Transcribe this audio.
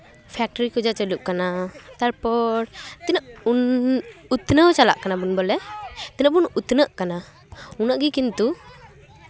factory ᱠᱚ ᱡᱟ ᱪᱟᱹᱞᱩ ᱦᱩᱭᱩᱜ ᱠᱟᱱᱟ ᱛᱟᱨᱯᱚᱨ ᱛᱤᱱᱟᱹᱜ ᱩᱛᱱᱟᱹᱣ ᱪᱟᱞᱟᱜ ᱠᱟᱱᱟ ᱵᱚᱱ ᱵᱚᱞᱮ ᱛᱤᱱᱟᱹᱜ ᱵᱚᱱ ᱩᱛᱱᱟᱹᱜ ᱠᱟᱱᱟ ᱩᱱᱟᱹᱜ ᱜᱮ ᱠᱤᱱᱛᱩ